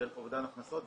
אבל זה אובדן הכנסות,